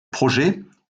projet